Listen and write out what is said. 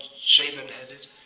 shaven-headed